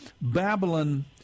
Babylon